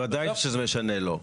ודאי שזה משנה לו.